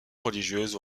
religieuse